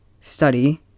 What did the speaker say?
study